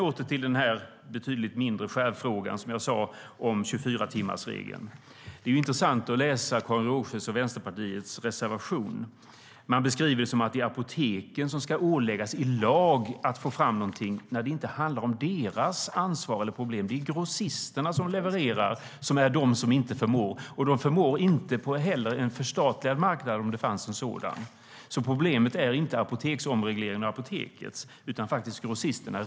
Åter till den mindre skärvfrågan om 24-timmarsregeln. Det är intressant att läsa Karin Rågsjös och Vänsterpartiets reservation. Ni skriver att apoteken ska åläggas i lag att få fram läkemedel. Men problemet ligger inte hos apoteken. Det är grossisterna som inte förmår att leverera. De skulle inte förmå det på en förstatligad marknad heller, om det fanns en sådan. Problemet har alltså inte med apoteksregleringen och apoteken att göra, utan det handlar om grossisterna.